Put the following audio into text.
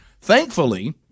Thankfully